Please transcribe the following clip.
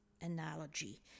analogy